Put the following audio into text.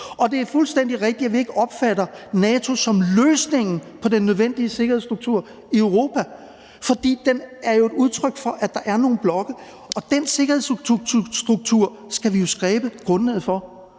Og det er fuldstændig rigtigt, at vi ikke opfatter NATO som løsningen på den nødvendige sikkerhedsstruktur i Europa, for den er jo udtryk for, at der er nogle blokke. Den sikkerhedsstruktur skal vi jo skabe grundlaget for.